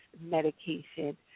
medication